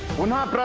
will not but